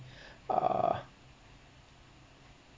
uh